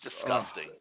disgusting